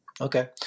Okay